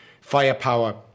firepower